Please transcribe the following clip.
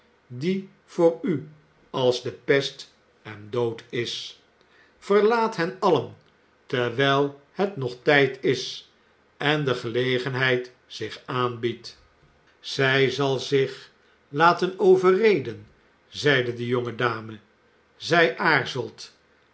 die voor u als de pest en dood is verlaat hen allen terwijl het nog tijd is en de gelegenheid zich aanbiedt zij zal zich laten overreden zeide de jonge dame zij aarzelt